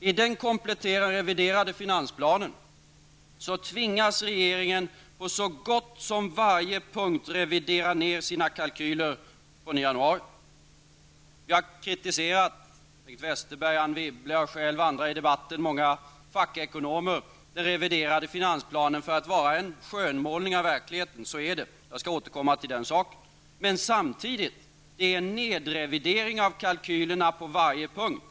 I den kompletterade och reviderade finansplanen tvingas regeringen på så gott som varje punkt revidera ned sina kalkyler från januari. Bengt Westerberg, Anne Wibble, fackekonomer, jag själv och många andra har i debatten kritiserat den reviderade finansplanen för att vara en skönmålning av verkligheten. Så är det. Jag skall återkomma till den saken. Kompletteringspropositionen utgör en nedrevidering av kalkylerna på varje punkt.